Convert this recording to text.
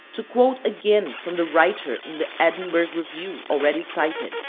to quote again from the writer in the edinburgh review, already cited